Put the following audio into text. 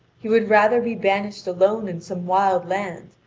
he would rather be banished alone in some wild land,